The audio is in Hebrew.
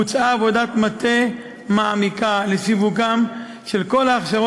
בוצעה עבודת מטה מעמיקה לסיווג כל ההכשרות